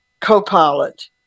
Copilot